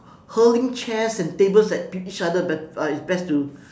hurling chairs and tables at each other bet~ uh it's best to